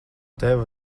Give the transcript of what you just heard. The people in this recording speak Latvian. tev